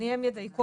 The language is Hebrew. הם ידייקו,